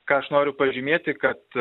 ką aš noriu pažymėti kad